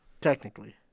Technically